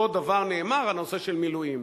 אותו דבר נאמר על נושא המילואים.